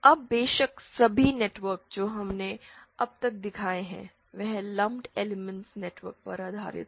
अब बेशक सभी नेटवर्क जो हमने अब तक दिखाए हैं वे लंपड एलिमेंटस नेटवर्क पर आधारित हैं